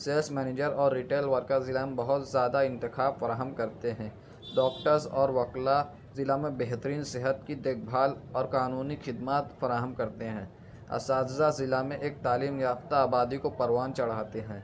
sales manager اور retail worker ضلع میں بہت زیادہ انتخاب فراہم کرتے ہیں ڈاکٹرس اور وکلا ضلع میں بہترین صحت کی دیکھ بھال اور قانونی خدمات فراہم کرتے ہیں اساتذہ ضلع میں ایک تعلیم یافتہ آبادی کو پروان چڑھاتے ہیں